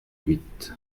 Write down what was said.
huit